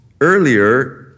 earlier